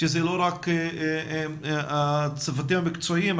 שזה לא רק הצוותים המקצועיים,